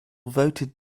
voted